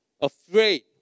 afraid